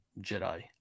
Jedi